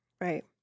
Right